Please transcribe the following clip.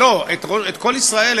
את "קול ישראל",